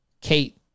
Kate